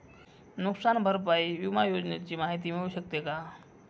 नुकसान भरपाई विमा योजनेची माहिती मिळू शकते का?